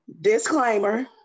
disclaimer